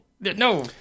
No